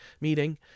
meeting